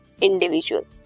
individual